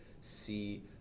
see